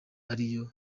ariyo